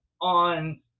on